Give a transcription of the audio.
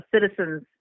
citizens